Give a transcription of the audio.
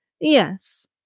Yes